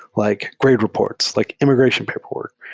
like grade reports, like imm igration but reports,